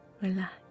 relax